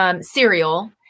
cereal